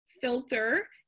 filter